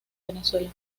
venezuela